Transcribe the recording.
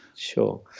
Sure